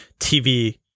tv